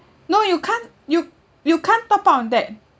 no you can't you you can't top up on that